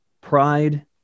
pride